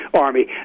army